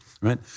right